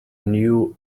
new